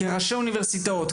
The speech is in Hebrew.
כראשי אוניברסיטאות,